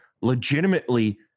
legitimately